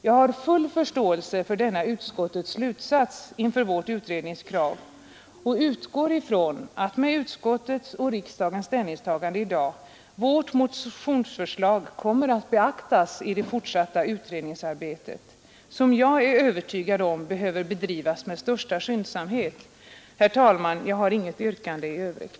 Jag har full förståelse för denna utskottets slutsats inför vårt utredningskrav och utgår från att med slag kommer att beaktas i det fortsatta utredningsarbetet, som jag är utskottets och riksdagens ställningstagande i dag vårt motionsfö övertygad om behöver bedrivas med största skyndsamhet. Herr talman! Jag har inget yrkande i övrigt.